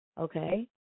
Okay